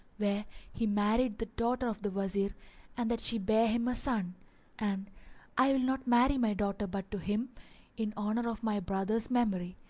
where he married the daughter of the wazir and that she bare him a son and i will not marry my daughter but to him in honour of my brother's memory.